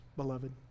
beloved